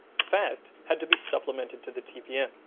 fat had to be supplemented to the tpn.